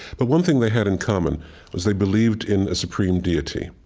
but one thing they had in common was they believed in a supreme deity.